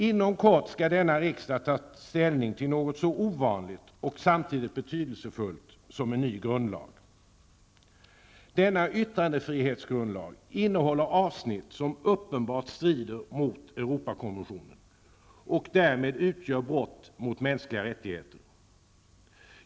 Inom kort skall denna riksdag ta ställning till något så ovanligt och samtidigt betydelsefullt som en ny grundlag. Denna yttrandefrihetsgrundlag innehåller avsnitt som uppenbart strider mot Europakonventionen och därmed utgör brott mot mänskliga rättigheter.